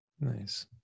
nice